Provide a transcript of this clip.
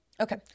Okay